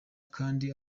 kandi